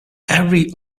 every